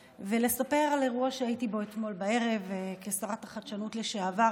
ולספר על אירוע שהייתי בו אתמול בערב כשרת החדשנות לשעבר,